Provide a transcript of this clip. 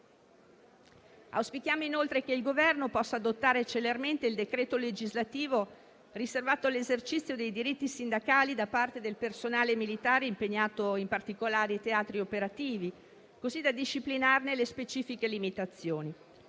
Auspichiamo, inoltre, che il Governo possa adottare celermente il decreto legislativo riservato all'esercizio dei diritti sindacali da parte del personale militare impegnato in particolari teatri operativi, così da disciplinarne le specifiche limitazioni.